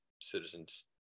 citizens